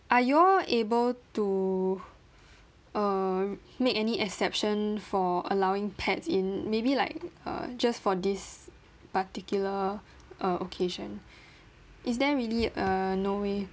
are you all able to err make any exception for allowing pets in maybe like uh just for this particular uh occasion is there really err no way